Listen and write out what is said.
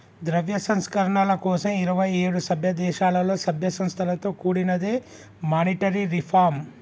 ద్రవ్య సంస్కరణల కోసం ఇరవై ఏడు సభ్యదేశాలలో, సభ్య సంస్థలతో కూడినదే మానిటరీ రిఫార్మ్